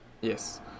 Yes